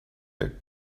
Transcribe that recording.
that